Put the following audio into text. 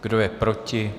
Kdo je proti?